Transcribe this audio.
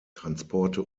transporte